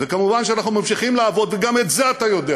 כמובן, אנחנו ממשיכים לעבוד, וגם את זה אתה יודע.